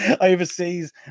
overseas